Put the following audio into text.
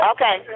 Okay